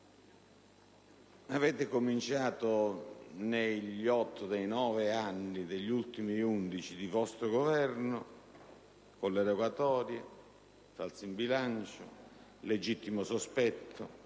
avete cominciato negli otto dei nove anni degli ultimi undici di vostro governo, con le rogatorie, il falso in bilancio, il legittimo sospetto,